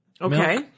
Okay